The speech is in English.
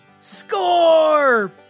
Score